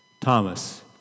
Thomas